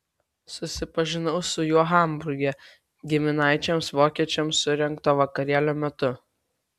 susipažinau su juo hamburge giminaičiams vokiečiams surengto vakarėlio metu